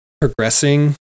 progressing